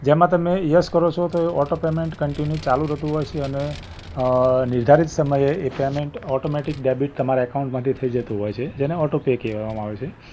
જેમાં તમે યસ કરો છો તો ઑટો પેમૅન્ટ કન્ટિન્યૂ ચાલું જ હોતું હોય છે અને નિર્ધારિત સમયે એ પેમૅન્ટ ઑટોમેટિક ડૅબિટ તમારા ઍકાઉન્ટમાંથી થઇ જતું હોય છે જેને ઑટો પે કહેવામાં આવે છે